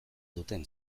duten